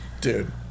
dude